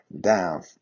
down